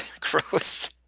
Gross